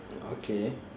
okay